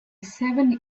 seven